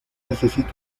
necesita